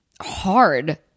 hard